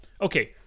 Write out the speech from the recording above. okay